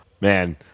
man